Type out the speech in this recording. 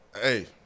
hey